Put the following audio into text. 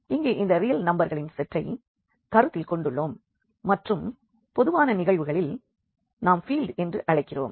இங்கே இந்த ரியல் நம்பர்களின் செட்டை கருத்தில் கொண்டுள்ளோம் மற்றும் பொதுவான நிகழ்வுகளில் நாம் ஃபீல்ட் என்று அழைக்கிறோம்